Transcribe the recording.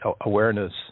awareness